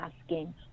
asking